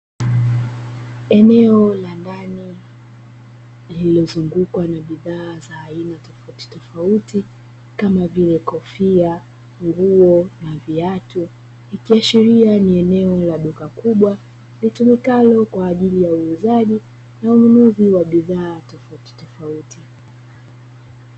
Eneo la ndani lililozungukwa na bidhaa za aina tofautitofauti kama vile; kofia, nguo na viatu. Ikiashiria ni eneo la duka kubwa litumikalo kwa ajili ya uuzaji na ununuzi wa bidhaa tofautitofauti.